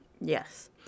yes